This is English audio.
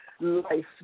life